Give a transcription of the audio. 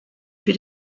für